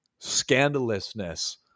scandalousness